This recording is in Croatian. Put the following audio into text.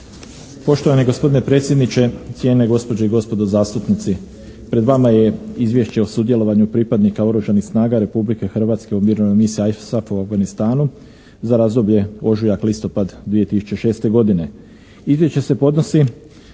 Poštovani gospodine predsjedniče, cijenjene gospođe i gospodo zastupnici. Pred vama je Izvješće o sudjelovanju pripadnika Oružanih snaga Republike Hrvatske u Mirovnoj misiji /ISAF/ u Afganistanu za razdoblje ožujak-listopad 2006. godine. Izvješće se podnosi